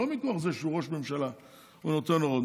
לא מכוח זה שהוא ראש ממשלה ונותן הוראות,